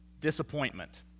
disappointment